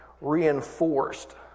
reinforced